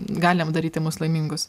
gali daryti mus laimingus